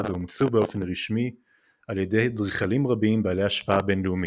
ואומצו באופן רשמי על ידי אדריכלים רבים בעלי השפעה בינלאומית.